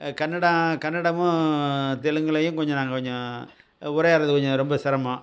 அது கன்னடா கன்னடமும் தெலுங்குலேயும் கொஞ்சம் நாங்கள் கொஞ்சம் உரையாடல் கொஞ்சம் ரொம்ப சிரமம்